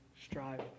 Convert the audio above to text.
strive